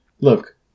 Look